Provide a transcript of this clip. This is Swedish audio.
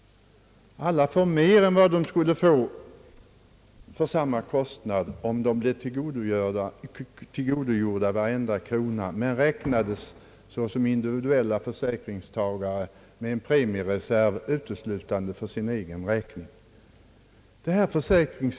Alla får mer än de skulle få för samma kostnad om de blev tillgodogjorda varenda krona såsom individuella försäkringstagare med en premiereserv uteslutande för egen räkning.